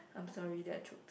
I'm sorry that I choked